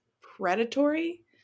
predatory